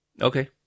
Okay